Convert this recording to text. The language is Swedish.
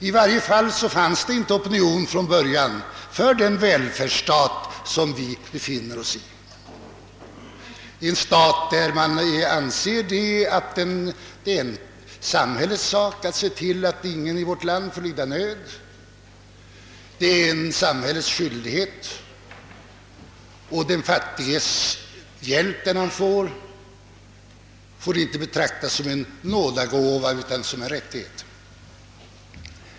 I varje fall fanns det från början inte opinion för den välfärdsstat som vi nu har — en stat där man anser att det är samhällets sak att se till att ingen i vårt land behöver lida nöd och där den fattige inte behöver betrakta denna hjälp som en nådegåva utan som en rättighet.